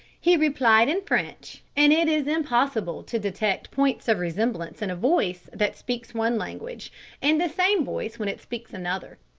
he replied in french, and it is impossible to detect points of resemblance in a voice that speaks one language and the same voice when it speaks another.